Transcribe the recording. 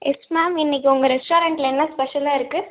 yes ma'am இன்றைக்கு உங்கள் ரெஸ்டாரண்ட்டில் என்ன ஸ்பெஷலாக இருக்கு